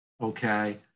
okay